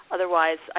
Otherwise